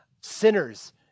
sinners